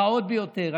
הרעות ביותר,